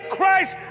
Christ